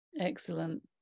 Excellent